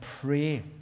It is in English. pray